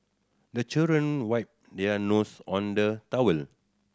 the children wipe their nose on the towel